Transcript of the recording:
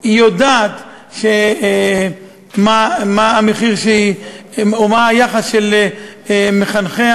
היא יודעת מה המחיר או מה היחס של מחנכיה,